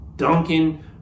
Duncan